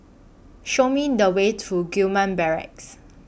Show Me The Way to Gillman Barracks